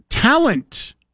talent